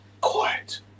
quiet